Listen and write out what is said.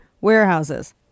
warehouses